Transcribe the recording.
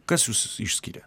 kas jus išskiria